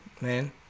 man